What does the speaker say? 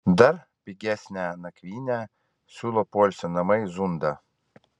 dar pigesnę nakvynę siūlo poilsio namai zunda